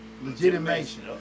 Legitimation